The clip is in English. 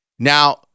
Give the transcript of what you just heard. Now